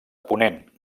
ponent